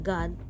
God